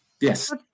yes